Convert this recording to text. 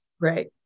Right